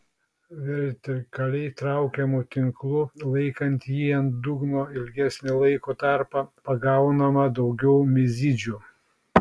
vertikaliai traukiamu tinklu laikant jį ant dugno ilgesnį laiko tarpą pagaunama daugiau mizidžių